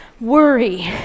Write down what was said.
worry